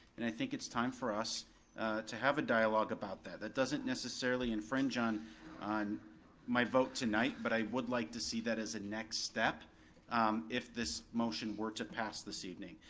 and i think it's time for us to have a dialogue about that that doesn't necessarily infringe on on my vote tonight, but i would like to see that as a next step if this motion were to pass this evening.